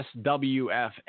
SWF